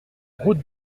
route